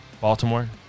Baltimore